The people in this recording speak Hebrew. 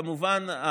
כמובן,